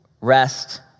Rest